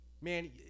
man